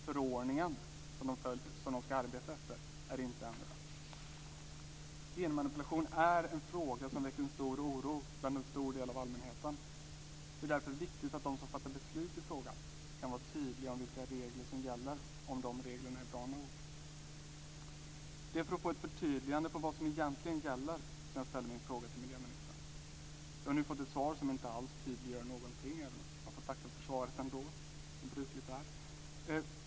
Förordningen som de ska arbeta efter är inte ändrad. Genmanipulation är en fråga som väcker stor oro bland en stor del av allmänheten. Det är därför viktigt att de som fattar beslut i frågan kan vara tydliga om vilka regler som gäller och om reglerna är bra nog. Det var för att få ett förtydligande av vad som egentligen gäller som jag ställde min fråga till miljöministern. Jag har nu fått ett svar som inte alls tydliggör någonting. Jag får ändå tacka för svaret, som brukligt är.